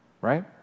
right